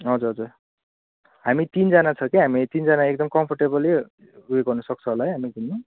हजुर हजुर हामी तिनजना छ के हामी तिनजना एकदम कम्फोर्टेबलै उयो गर्नुसक्छ होला है हामी घुम्नु